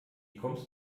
kommst